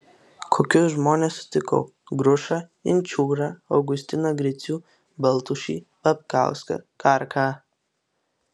kokius žmones sutikau grušą inčiūrą augustiną gricių baltušį babkauską karką